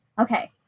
Okay